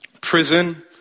Prison